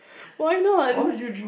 why not